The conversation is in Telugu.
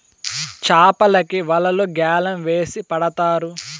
చాపలకి వలలు గ్యాలం వేసి పడతారు